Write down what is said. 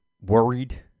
worried